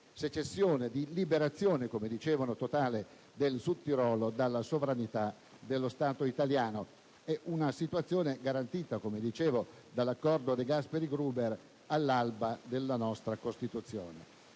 secessione, di liberazione totale, come dicevano, del Südtirol dalla sovranità dello Stato italiano; una situazione garantita, come dicevo, dall'accordo De Gasperi-Gruber, all'alba della nostra Costituzione.